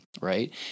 right